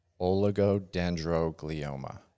oligodendroglioma